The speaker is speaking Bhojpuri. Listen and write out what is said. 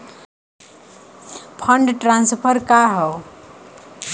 फंड ट्रांसफर का हव?